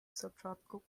subtropical